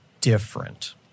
different